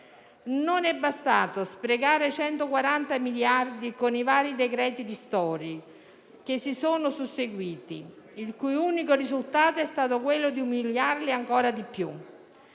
Non è bastato sprecare 140 miliardi con i vari decreti-legge ristori che si sono susseguiti, il cui unico risultato è stato quello di umiliarli ancora di più,